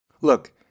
Look